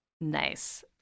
Nice